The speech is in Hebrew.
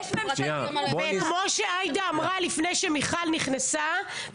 וכמו שעאידה אמרה לפני שמיכל נכנסה,